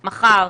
מחר.